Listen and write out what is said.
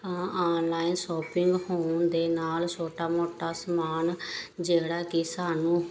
online shopping ਹੋਣ ਦੇ ਨਾਲ ਛੋਟਾ ਮੋਟਾ ਸਮਾਨ ਜਿਹੜਾ ਕਿ ਸਾਨੂੰ